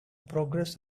progress